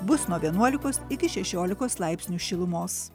bus nuo vienuolikos iki šešiolikos laipsnių šilumos